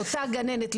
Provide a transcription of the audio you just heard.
לאותה גננת,